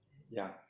ya